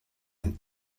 and